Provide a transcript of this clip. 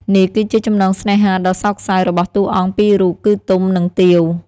នេះគឺជាចំណងស្នេហាដ៏សោកសៅរបស់តួអង្គពីររូប គឺទុំ និងទាវ ។